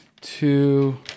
two